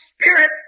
spirit